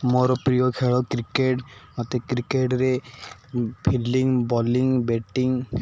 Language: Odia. ମୋର ପ୍ରିୟ ଖେଳ କ୍ରିକେଟ୍ ମୋତେ କ୍ରିକେଟ୍ରେ ଫିଲ୍ଡିଂ ବୋଲିଂ ବ୍ୟାଟିଂ